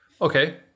Okay